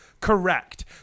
Correct